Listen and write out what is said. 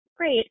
Great